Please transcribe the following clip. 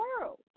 world